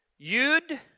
Yud